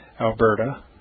Alberta